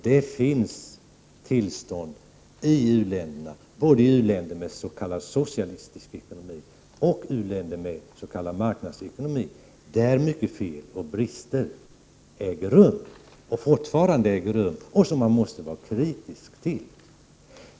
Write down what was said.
Det finns tillstånd i u-länderna, både i u-länder med s.k. socialistisk ekonomi och u-länder med s.k. marknadsekonomi, med många brister och fel, som man måste vara kritisk mot.